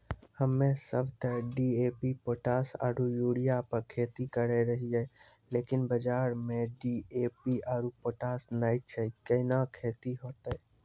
हम्मे सब ते डी.ए.पी पोटास आरु यूरिया पे खेती करे रहियै लेकिन बाजार मे डी.ए.पी आरु पोटास नैय छैय कैना खेती होते?